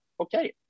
okay